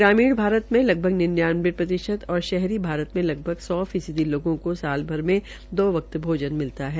ग्रामीण भारत में लगभग निन्यानवे प्रतिशत और शहरी भारत में लगभग सौ फीसदी लोगों को साल भर में दो वक्त भोजन मिलता है